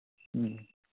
ꯎꯝ